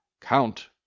Count